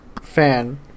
fan